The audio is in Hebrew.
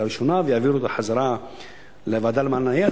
ראשונה ויעבירו אותה חזרה לוועדה לזכויות הילד,